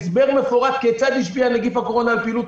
הסבר מפורט כיצד השפיע נגיף הקורונה על פעילות